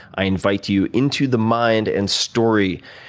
i invite you into the mind and story,